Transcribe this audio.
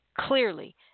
Clearly